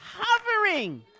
hovering